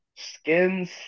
Skins